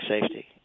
safety